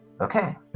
Okay